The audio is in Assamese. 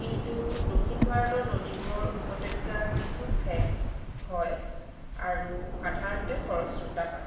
কিন্তু দক্ষিণ ভাৰতৰ নদীবোৰৰ উপত্যকা কিছু ঠেক হয় আৰু সাধাৰণতে খৰস্ৰোতা হয়